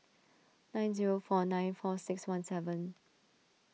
nine zero four nine four six one seven